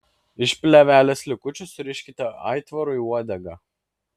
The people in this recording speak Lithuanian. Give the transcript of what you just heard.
iš plėvelės likučių suriškite aitvarui uodegą